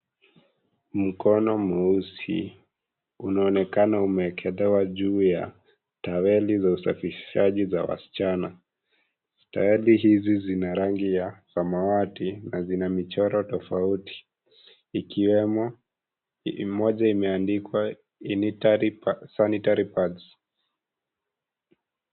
Mkono mweusi unaonekana umeekelewa juu ya taweli za usafishaji za wasichana, taweli hizi zina rangi ya samawati na zinz michoro tofauti ikiwemo moja imeandikwa sanitary pads.